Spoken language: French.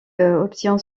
obtient